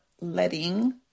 letting